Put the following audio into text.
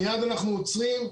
מייד אנחנו עוצרים,